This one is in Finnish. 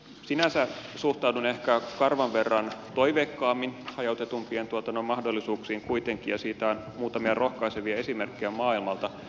sinänsä suhtaudun ehkä karvan verran toiveikkaammin hajautetumman tuotannon mahdollisuuksiin kuitenkin ja siitä on muutamia rohkaisevia esimerkkejä maailmalta